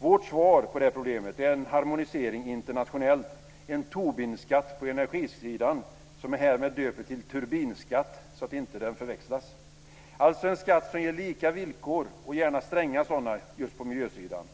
Vårt svar på det problemet är en harmonisering internationellt, en Tobinskatt på energisidan - som jag härmed döper till turbinskatt, så att den inte förväxlas - alltså en skatt som ger lika villkor, och gärna stränga sådana just på miljösidan.